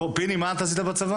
פיני, מה אתה עשית בצבא?